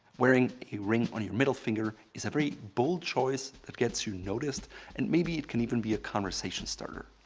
wearing a ring on your middle finger is a very bold choice that gets you noticed and maybe it can even be a conversation starter.